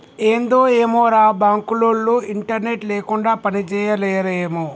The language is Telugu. ఏందో ఏమోరా, బాంకులోల్లు ఇంటర్నెట్ లేకుండ పనిజేయలేరేమో